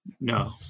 No